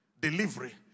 Delivery